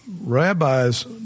rabbis